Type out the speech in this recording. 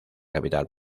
capital